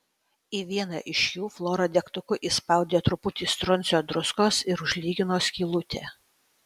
į vieną iš jų flora degtuku įspaudė truputį stroncio druskos ir užlygino skylutę